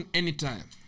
anytime